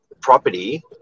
property